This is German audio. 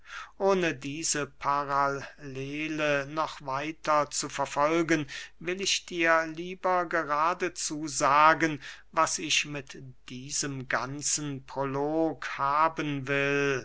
ohne diese parallele noch weiter zu verfolgen will ich dir lieber geradezu sagen was ich mit diesem ganzen prolog haben will